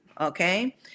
okay